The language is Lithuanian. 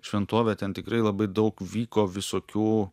šventovė ten tikrai labai daug vyko visokių